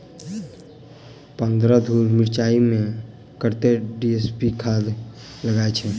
पन्द्रह धूर मिर्चाई मे कत्ते डी.ए.पी खाद लगय छै?